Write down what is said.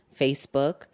Facebook